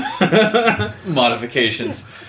modifications